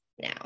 now